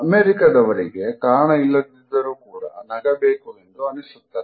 ಅಮೆರಿಕದವರಿಗೆ ಕಾರಣ ಇಲ್ಲದಿದ್ದರೂ ಕೂಡ ನಗಬೇಕು ಎಂದು ಅನಿಸುತ್ತದೆ